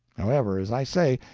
however, as i say,